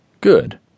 Good